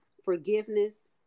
Forgiveness